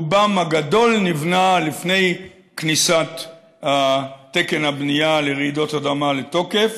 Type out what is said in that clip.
רובם הגדול נבנה לפני כניסת תקן הבנייה לרעידות אדמה לתוקף.